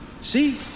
See